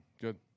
Good